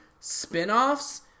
spinoffs